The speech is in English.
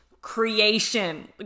creation